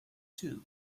two